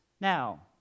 Now